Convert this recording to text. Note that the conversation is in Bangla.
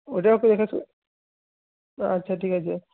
ওটাও তো এসেছে আচ্ছা ঠিক আছে